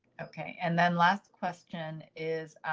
okay. and then last question is.